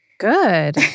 Good